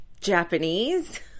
Japanese